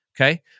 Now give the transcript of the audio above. Okay